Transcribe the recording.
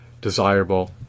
desirable